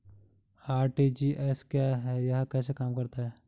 RTGS क्या है यह कैसे काम करता है?